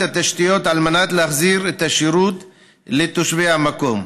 התשתיות על מנת להחזיר השירות לתושבי המקום.